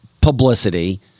publicity